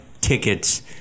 tickets